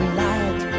light